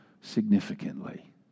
significantly